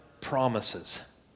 promises